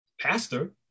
Pastor